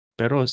pero